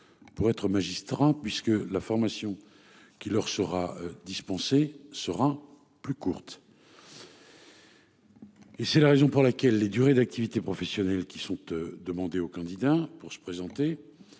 Pour être magistrat puisque la formation qui leur sera dispensée sera plus courte. Et c'est la raison pour laquelle les durées d'activité professionnelle qui sont demandées aux candidats pour se présenter.